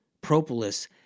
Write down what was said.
Propolis